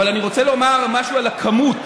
אבל אני רוצה לומר משהו על הכמות.